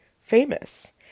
famous